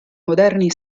moderni